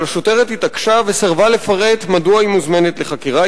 אבל השוטרת התעקשה וסירבה לפרט מדוע היא מוזמנת לחקירה.